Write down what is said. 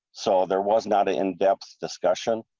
so there was not an in-depth discussion.